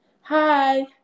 Hi